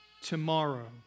tomorrow